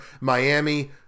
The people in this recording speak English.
Miami